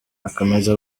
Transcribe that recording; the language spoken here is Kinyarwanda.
akomeza